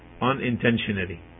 unintentionally